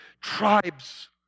tribes